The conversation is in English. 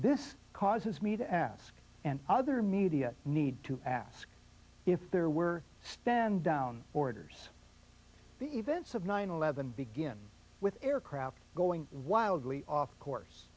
this causes me to ask and other media need to ask if there were stand down orders the events of nine eleven begin with aircraft going wildly off course